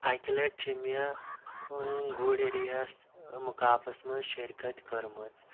اَکہِ لَٹہِ چھِ مےٚ گُرۍ ریس مُقابلَس منٛز شٔرکَت کٔرمٕژ